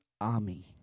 army